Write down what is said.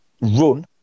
run